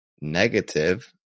negative